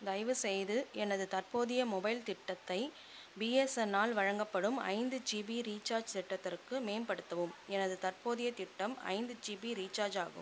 தயவுசெய்து எனது தற்போதைய மொபைல் திட்டத்தை பிஎஸ்என்னால் வழங்கப்படும் ஐந்து ஜிபி ரீசார்ஜ் திட்டத்திற்கு மேம்படுத்தவும் எனது தற்போதைய திட்டம் ஐந்து ஜிபி ரீசார்ஜ் ஆகும்